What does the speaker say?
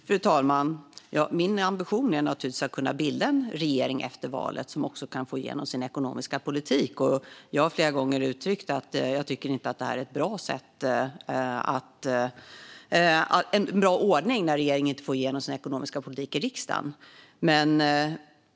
Fru talman! Min ambition är naturligtvis att efter valet kunna bilda en regering som också kan få igenom sin ekonomiska politik. Jag har flera gånger uttryckt att jag inte tycker att det är en bra ordning när regeringen inte får igenom sin ekonomiska politik i riksdagen.